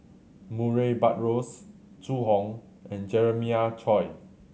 Murray Buttrose Zhu Hong and Jeremiah Choy